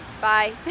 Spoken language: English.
Bye